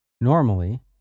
Normally